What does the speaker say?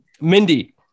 Mindy